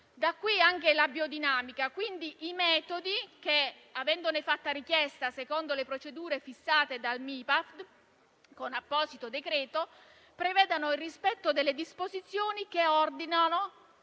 Da qui anche la biodinamica e i metodi che, avendone fatta richiesta secondo le procedure fissate dal MIPAAF con apposito decreto, prevedano il rispetto delle disposizioni che ordinano